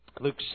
Luke